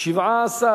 הוועדה, נתקבל.